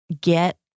get